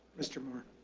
mr. martin,